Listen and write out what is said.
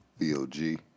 VOG